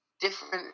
different